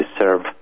serve